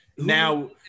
Now